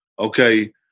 Okay